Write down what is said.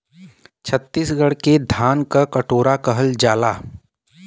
छतीसगढ़ के धान क कटोरा कहल जाला